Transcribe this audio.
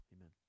amen